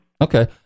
Okay